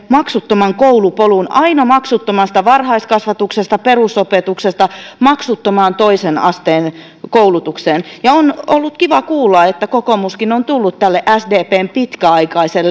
maksuttoman koulupolun aina maksuttomasta varhaiskasvatuksesta ja perusopetuksesta maksuttomaan toisen asteen koulutukseen ja on ollut kiva kuulla että kokoomuskin on tullut tämän sdpn pitkäaikaisen